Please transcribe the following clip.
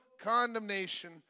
condemnation